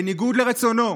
בניגוד לרצונו,